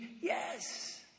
Yes